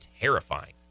terrifying